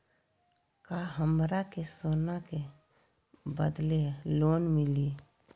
का हमरा के सोना के बदले लोन मिलि?